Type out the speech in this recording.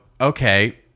okay